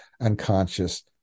unconscious